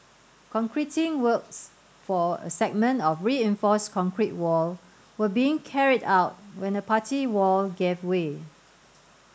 concreting works for a segment of reinforced concrete wall were being carried out when the party wall gave way